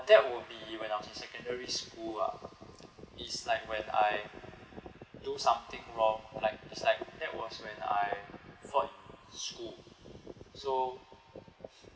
that would be when I was in secondary school lah it's like when I do something wrong like it's like that was when I fought in school so